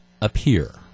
appear